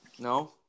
No